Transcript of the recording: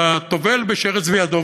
לטובל ושרץ בידו,